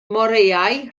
moreau